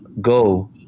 go